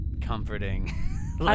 comforting